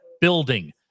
building